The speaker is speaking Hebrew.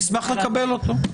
נשמח לקבל אותו.